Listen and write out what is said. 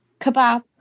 kebab